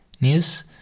News